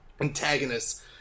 antagonists